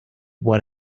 what